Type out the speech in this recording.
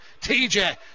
TJ